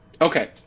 okay